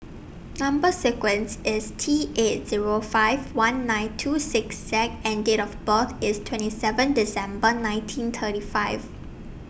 Number sequence IS T eight Zero five one nine two six Z and Date of birth IS twenty seven December nineteen thirty five